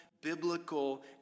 biblical